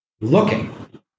looking